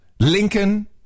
Lincoln